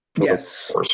Yes